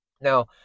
Now